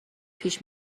پیش